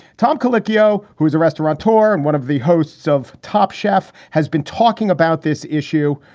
tom colicchio, who is a restaurateur and one of the hosts of top chef, has been talking about this issue,